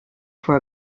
for